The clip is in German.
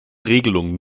regelungen